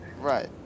Right